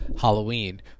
Halloween